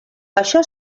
això